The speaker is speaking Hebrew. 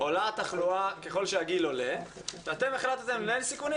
עולה התחלואה ככל שהגיל עולה ואתם החלטתם לנהל סיכונים